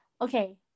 Okay